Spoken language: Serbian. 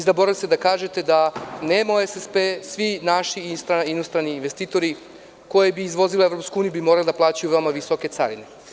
Zaboravili ste da kažete da nemamo SSP, svi naši i inostrani investitori koji bi izvozili u EU bi morali da plaćaju veoma visoke carine.